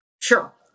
Sure